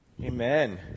Amen